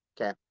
Okay